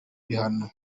bihano